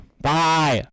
bye